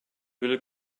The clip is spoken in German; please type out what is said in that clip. will